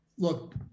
Look